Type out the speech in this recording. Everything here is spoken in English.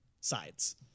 sides